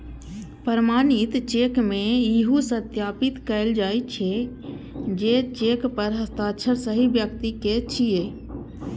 प्रमाणित चेक मे इहो सत्यापित कैल जाइ छै, जे चेक पर हस्ताक्षर सही व्यक्ति के छियै